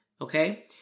Okay